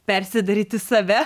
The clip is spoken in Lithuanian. persidaryti save